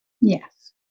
Yes